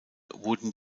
wurden